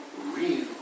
real